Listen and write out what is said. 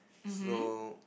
so